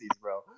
bro